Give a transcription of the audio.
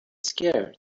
scared